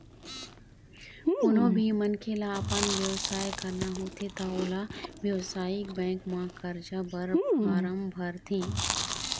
कोनो भी मनखे ल अपन बेवसाय करना होथे त ओला बेवसायिक बेंक म करजा बर फारम भरथे